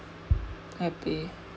happy